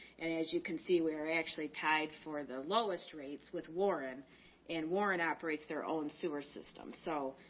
and as you can see where they actually tied for the lowest rates with warren and warren operates their own sewer system. so,